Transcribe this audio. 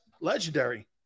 legendary